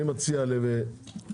אני מציע לכלכלה,